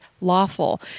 lawful